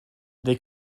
they